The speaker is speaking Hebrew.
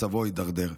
מצבו הידרדר.